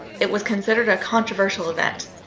it was considered a controversial event.